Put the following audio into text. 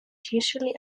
usually